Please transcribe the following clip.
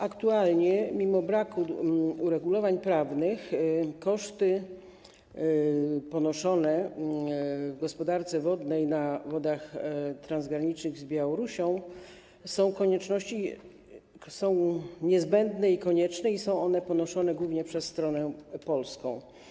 Aktualnie, mimo braku uregulowań prawnych, koszty ponoszone w gospodarce wodnej na wodach transgranicznych z Białorusią są niezbędne i konieczne i są one ponoszone głównie przez stronę polską.